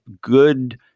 good